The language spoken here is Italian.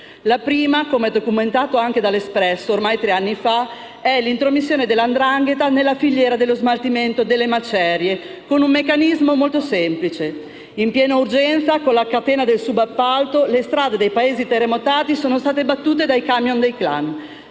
La prima, come documentato da «l'Espresso» ormai tre anni fa, è l'intromissione della 'ndrangheta nella filiera dello smaltimento delle macerie con un meccanismo molto semplice: in piena urgenza con la catena del subappalto, le strade dei paesi terremotati sono state battute dai camion dei *clan*.